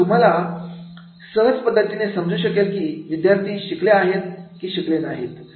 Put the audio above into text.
तर म्हणून तुम्हाला सहज पद्धतीने समजू शकेल की विद्यार्थी शिकले आहेत की ते शिकले नाहीत